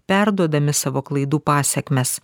perduodami savo klaidų pasekmes